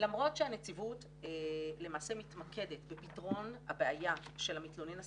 למרות שהנציבות למעשה מתמקדת בפתרון הבעיה של המתלונן הספציפי,